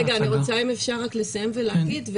רגע, אני רוצה, אם אפשר, רק לסיים ולהגיד.